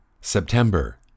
September